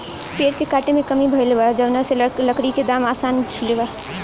पेड़ के काटे में कमी भइल बा, जवना से लकड़ी के दाम आसमान छुले बा